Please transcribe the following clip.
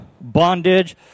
bondage